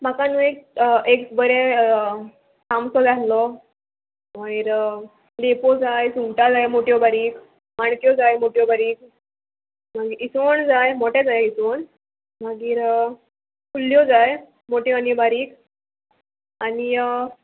म्हाका न्हू एक एक बरें तामसो जाय आहलो मागीर लेपो जाय सुंगटां जाय मोट्यो बारीक माणक्यो जाय मोट्यो बारीक मागीर इसवण जाय मोटें जाय इसवण मागीर कुल्ल्यो जाय मोट्यो आनी बारीक आनी